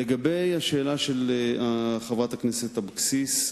לגבי השאלה של חברת הכנסת אבקסיס,